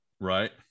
right